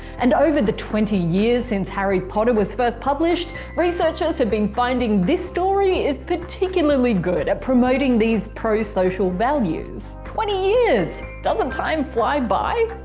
and over the twenty years since harry potter was first published, researchers have been finding this story is particularly good at promoting these prosocial values. twenty years. doesn't time fly by!